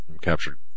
captured